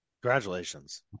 Congratulations